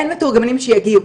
אין מתורגמנים שיגיעו.